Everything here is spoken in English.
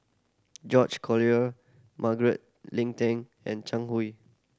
George Collyer Margaret Leng Tan and Chang Hui